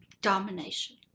Domination